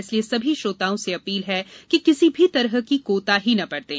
इसलिए सभी श्रोताओं से अपील है कि किसी भी तरह की कोताही न बरतें